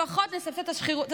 לפחות את שלהם.